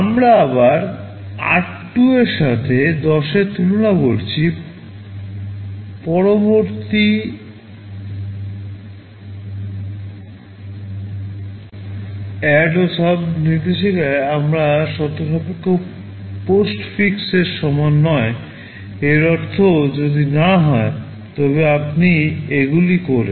আমরা আবার আর 2 এর সাথে 10 এর সাথে তুলনা করছি পরবর্তী ADD ও SUB নির্দেশিকায় আমরা শর্তসাপেক্ষ পোস্টফিক্সের সমান নয় এর অর্থ যদি না হয় তবে আপনি এইগুলি করেন